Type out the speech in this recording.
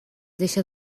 deixa